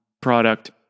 product